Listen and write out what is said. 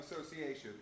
association